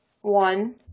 One